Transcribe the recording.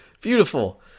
Beautiful